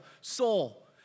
soul